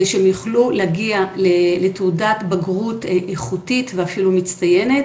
שהם יוכלו להגיע לתעודת בגרות איכותית ואפילו מצטיינת